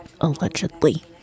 Allegedly